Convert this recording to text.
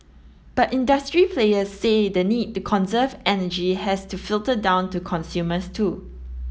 but industry players say the need to conserve energy has to filter down to consumers too